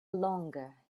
longer